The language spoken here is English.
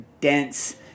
dense